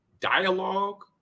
dialogue